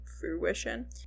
fruition